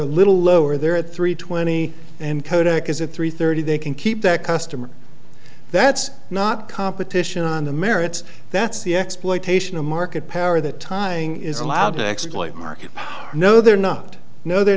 little lower they're at three twenty and kodak is at three thirty they can keep that customer that's not competition on the merits that's the exploitation of market power that timing is allowed to exploit market no they're not no they're